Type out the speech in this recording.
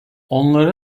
onlar